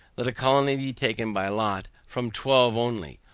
let a colony be taken by lot from twelve only,